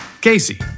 Casey